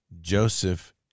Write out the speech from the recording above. Joseph